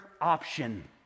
option